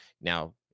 Now